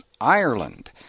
Ireland